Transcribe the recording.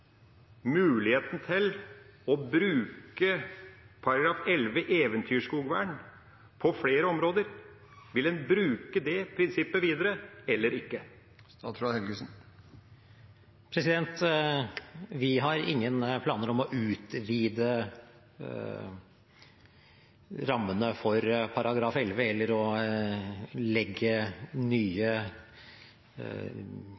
muligheten til å bruke § 11, eventyrskogvern, på flere områder? Vil en bruke det prinsippet videre eller ikke? Vi har ingen planer om å utvide rammene for § 11 eller å